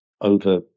over